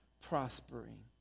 prospering